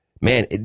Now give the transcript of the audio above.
Man